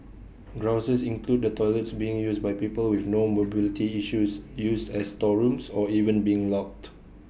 grouses include the toilets being used by people with no mobility issues used as storerooms or even being locked